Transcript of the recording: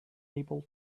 able